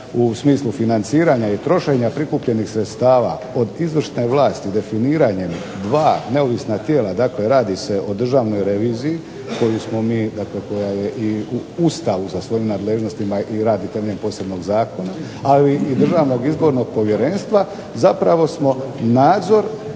u smislu financiranja i trošenja prikupljenih sredstava od izvršne vlasti definiranjem dva neovisna tijela dakle radi se o Državnoj reviziji koju smo mi …/Ne razumije se./… u Ustavu sa svojim nadležnostima i …/Ne razumije se./… posebnog zakona, ali i Državnog izbornog povjerenstva zapravo smo nadzor